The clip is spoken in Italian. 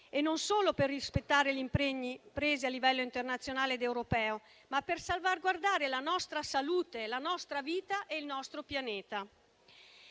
non solo per rispettare gli impegni presi a livello internazionale ed europeo, ma anche per salvaguardare la nostra salute, la nostra vita e il nostro pianeta.